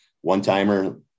one-timer